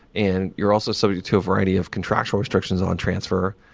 and you're also submitted to a variety of contractual restrictions on transfer.